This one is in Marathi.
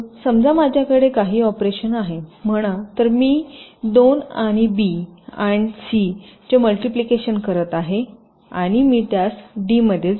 समजामाझ्याकडे काही ऑपरेशन आहे म्हणा तर मी दोन आणि बी आणि सी चे मल्टिप्लिकेशन करीत आहे आणि मी त्यास डीमध्ये जोडेल